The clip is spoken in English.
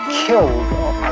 killed